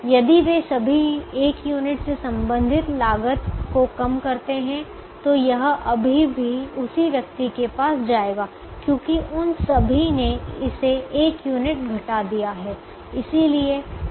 यदि वे सभी 1 यूनिट से संबंधित लागत को कम करते हैं तो यह अभी भी उसी व्यक्ति के पास जाएगा क्योंकि उन सभी ने इसे 1 यूनिट घटा दिया हैं